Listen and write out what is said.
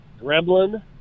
Gremlin